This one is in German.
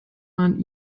man